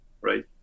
right